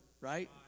right